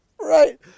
right